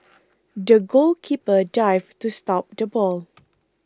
the goalkeeper dived to stop the ball